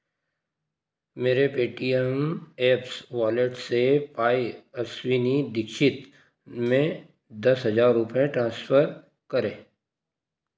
मेरे Paytm apps wallet से Payaswini Dikshit में दस हज़ार रुपये ट्रांसफ़र करें